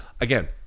Again